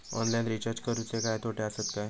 Online recharge करुचे काय तोटे आसत काय?